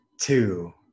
two